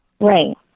right